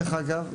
דרך אגב,